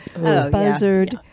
buzzard